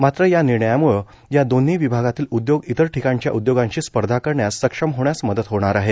मात्र या निर्णयामुळे या दोन्ही विभागातील उद्योग इतर ठिकाणच्या उद्योगांशी स्पर्धा करण्यास सक्षम होण्यास मदत होणार आहे